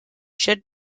should